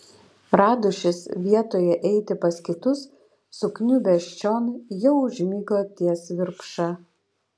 radušis vietoje eiti pas kitus sukniubęs čion jau užmigo ties virpša